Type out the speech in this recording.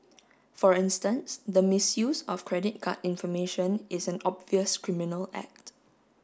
for instance the misuse of credit card information is an obvious criminal act